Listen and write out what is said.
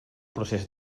procés